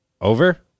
Over